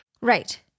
Right